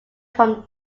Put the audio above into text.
from